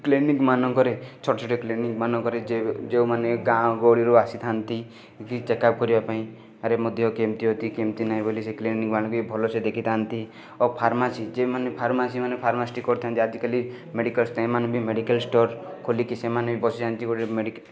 କ୍ଲିନିକମାନଙ୍କରେ ଛୋଟ ଛୋଟ କ୍ଲିନିକମାନଙ୍କରେ ଯେ ଯେଉଁମାନେ ଗାଁ ଗହଳିରୁ ଆସିଥାନ୍ତି କି ଚେକପ୍ କରିବା ପାଇଁ କି ମୋ ଦେହ କେମିତି ଅଛି କେମତି ନାହିଁ ବୋଲି ସେଥିଲାଗି ଏମାନଙ୍କୁ ଭଲସେ ଦେଖିଥାଆନ୍ତି ଆଉ ଫର୍ମାସୀ ଯେଉଁମାନେ ଫର୍ମାସୀମାନେ ଫାର୍ମାସିଷ୍ଟ କରିଥାନ୍ତି ଆଜିକାଲି ମେଡ଼ିକାଲ ଷ୍ଟେ ମାନେ ବି ମେଡ଼ିକାଲ ଷ୍ଟୋର ଖୋଲିକି ସେମାନେ ବି ବସି ଯାଆନ୍ତି ଗୋଟେ ମେଡ଼ି